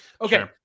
Okay